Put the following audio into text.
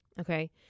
Okay